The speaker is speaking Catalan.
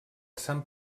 sant